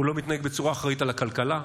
הוא לא מתנהג בצורה אחראית לגבי הכלכלה,